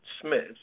Smith